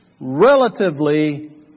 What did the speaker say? Relatively